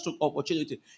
opportunity